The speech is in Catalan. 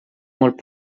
molt